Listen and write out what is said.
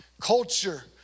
culture